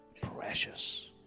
precious